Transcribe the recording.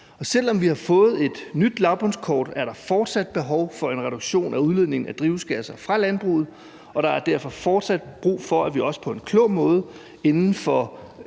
Selv om vi har fået et nyt lavbundskort, er der fortsat behov for en reduktion af udledningen af drivhusgasser fra landbruget, og der er derfor fortsat brug for, at vi også på en klog måde inden for